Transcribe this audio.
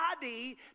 body